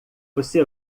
você